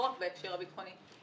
לא רק בהקשר הביטחוני,